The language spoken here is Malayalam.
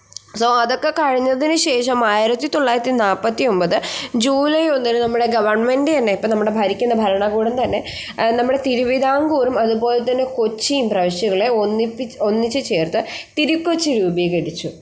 സോ അതൊക്കെ കഴിഞ്ഞതിനുശേഷം ആയിരത്തിത്തൊള്ളായിരത്തി നാല്പത്തി ഒമ്പത് ജൂലൈ ഒന്നിന് നമ്മുടെ ഗവൺമെൻ്റ് തന്നെ ഇപ്പോൾ നമ്മുടെ ഭരിക്കുന്ന ഭരണകൂടം തന്നെ നമ്മുടെ തിരുവിതാംകൂറും അതുപോലെതന്നെ കൊച്ചിയും പ്രവിശ്യകളെ ഒന്നിപ്പിച്ച് ഒന്നിച്ചു ചേർത്ത് തിരുക്കൊച്ചി രൂപീകരിച്ചു